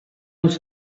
els